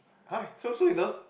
[huh] so sue little